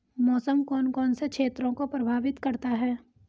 मौसम कौन कौन से क्षेत्रों को प्रभावित करता है?